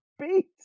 beat